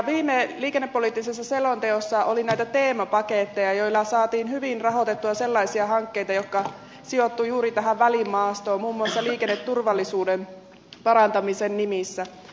viime liikennepoliittisessa selonteossa oli näitä teemapaketteja joilla saatiin hyvin rahoitettua sellaisia hankkeita jotka sijoittuivat juuri tähän välimaastoon muun muassa liikenneturvallisuuden parantamisen nimissä